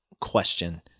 question